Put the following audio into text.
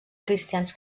cristians